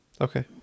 Okay